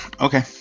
Okay